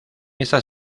estas